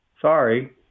Sorry